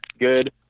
good